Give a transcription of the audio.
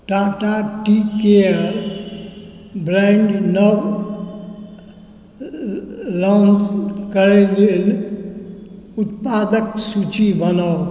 Tata tea care brand क नव launch कयल गेल उत्पादक सूची बनाउ